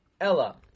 Ella